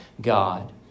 God